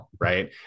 right